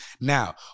now